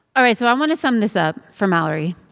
all right. so i want to sum this up for mallory.